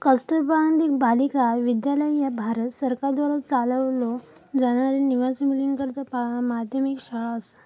कस्तुरबा गांधी बालिका विद्यालय ह्या भारत सरकारद्वारा चालवलो जाणारी निवासी मुलींकरता माध्यमिक शाळा असा